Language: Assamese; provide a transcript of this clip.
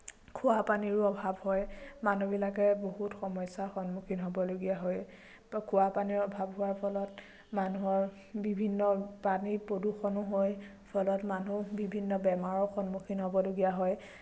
খোৱাপানীৰো অভাৱ হয় মানুহবিলাকে বহুতো সমস্যাৰ সন্মুখীন হ'বলগীয়া হয় খোৱাপানীৰ অভাৱ হোৱাৰ ফলত মানুহৰ বিভিন্ন পানী প্ৰদূষণো হয় ফলত মানুহ বিভিন্ন বেমাৰৰ সন্মুখীন হ'বলগীয়া হয়